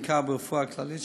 בעיקר ברפואה כללית,